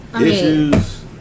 issues